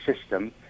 system